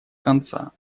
конца